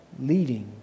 leading